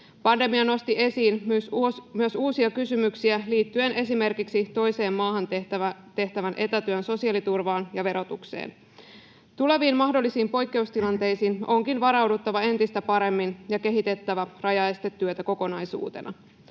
Pandemia nosti esiin myös uusia kysymyksiä liittyen esimerkiksi toiseen maahan tehtävän etätyön sosiaaliturvaan ja verotukseen. Tuleviin mahdollisiin poikkeustilanteisiin onkin varauduttava entistä paremmin ja kehitettävä rajaestetyötä kokonaisuutena.